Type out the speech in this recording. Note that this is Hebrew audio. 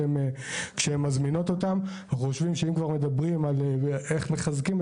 אם אנחנו מדברים על איך אפשר לחזק את